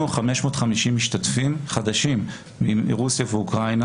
550 משתתפים חדשים מרוסיה ואוקראינה